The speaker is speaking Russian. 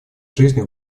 жизни